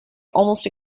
almost